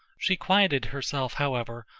she quieted herself, however,